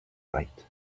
right